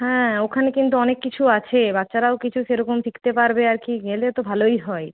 হ্যাঁ ওখানে কিন্তু অনেক কিছু আছে বাচ্চারাও কিছু সেরকম শিখতে পারবে আর কি গেলে তো ভালোই হয়